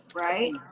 right